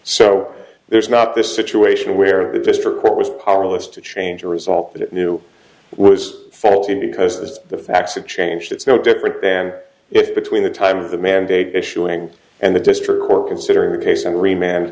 so there's not this situation where the district court was powerless to change a result that it knew was faulty because the facts have changed it's no different than if between the time of the mandate issuing and the district or considering the case and rema